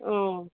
आं